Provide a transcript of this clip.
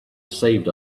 saved